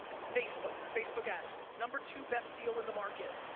facebook, facebook ads. number two best deal in the market,